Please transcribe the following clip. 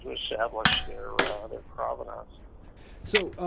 establish their ah their provenance so,